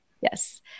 Yes